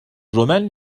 romen